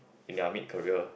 in their mid career